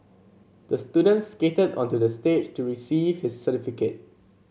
the student skated onto the stage to receive his certificate